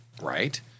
Right